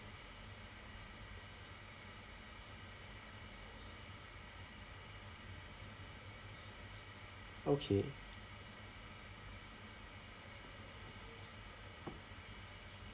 okay